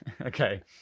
Okay